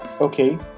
Okay